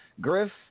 Griff